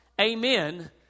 Amen